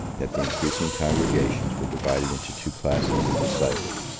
that the increasing congregations were divided into two classes of disciples,